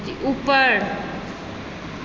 ऊपर